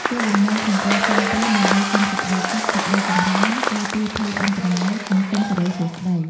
គោលបំណងក្នុងការសែនព្រេនដើម្បីសុំសេចក្តីសុខ សេចក្តីចម្រើន ការពារភ័យអន្តរាយ និងសុំសិរីសួស្តី។